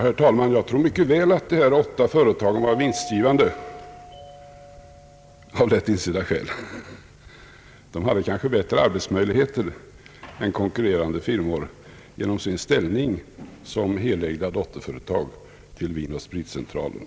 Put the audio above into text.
Herr talman! Jag tror mycket väl att dessa företag var vinstgivande, av lätt insedda skäl. De hade kanske bättre arbetsmöjligheter än «konkurrerande firmor genom sin ställning som helägda dotterföretag till Vinoch spritcentralen.